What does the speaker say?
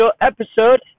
episode